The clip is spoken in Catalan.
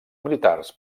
militars